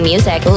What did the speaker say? music